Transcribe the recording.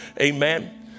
Amen